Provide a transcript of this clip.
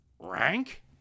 rank